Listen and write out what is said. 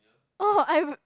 orh I've